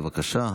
בבקשה,